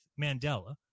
Mandela